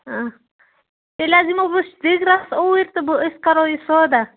آ تیٚلہِ حظ یِمہو بہٕ دِگرس اوٗرۍ تہٕ أسی کَرو یہِ سودا